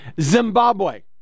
Zimbabwe